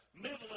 Middle